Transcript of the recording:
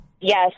Yes